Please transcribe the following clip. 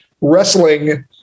wrestling